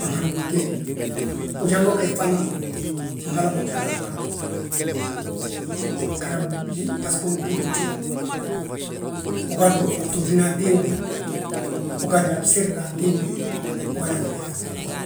han hala ma uteegni, ujanga wi gege hana, han hala ma ujanga gaa. Garaŋ we bbasgo, ugí ngi bjul, wi gadu a btootina antimbi, wi gadu a bsirna antimbi, wi gadu a ginbiiŧana antimbi.